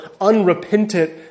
unrepentant